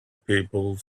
people